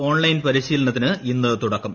online പരിശീലനത്തിന് ഇന്ന് തുടക്കം